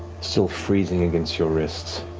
still freezing against your wrists.